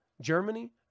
Germany